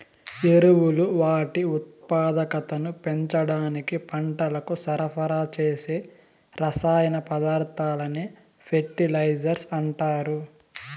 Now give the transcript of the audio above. ఎరువులు వాటి ఉత్పాదకతను పెంచడానికి పంటలకు సరఫరా చేసే రసాయన పదార్థాలనే ఫెర్టిలైజర్స్ అంటారు